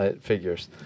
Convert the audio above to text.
figures